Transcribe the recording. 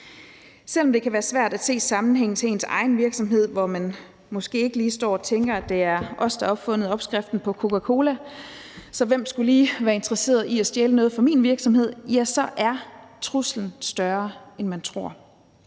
Selv om det kan være svært at se sammenhængen til ens egen virksomhed, hvor man måske ikke lige står og tænker, at det er en selv, der har opfundet opskriften på Coca-Cola, så hvem skulle lige være interesseret i at stjæle noget fra ens virksomhed, ja, så er truslen større, end man tror.